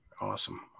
Awesome